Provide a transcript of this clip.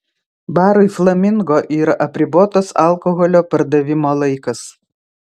barui flamingo yra apribotas alkoholio pardavimo laikas